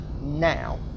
now